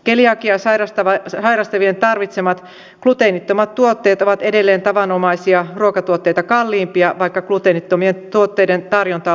keliakiaa sairastavien tarvitsemat gluteenittomat tuotteet ovat edelleen tavanomaisia ruokatuotteita kalliimpia vaikka gluteenittomien tuotteiden tarjonta on lisääntynyt